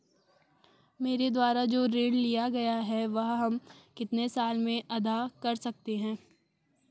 मेरे द्वारा जो ऋण लिया गया है वह हम कितने साल में अदा कर सकते हैं?